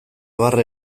barre